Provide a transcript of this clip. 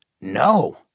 No